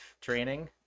training